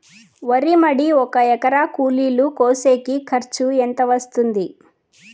వరి మడి ఒక ఎకరా కూలీలు కోసేకి ఖర్చు ఎంత వస్తుంది?